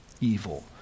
evil